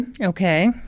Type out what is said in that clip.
Okay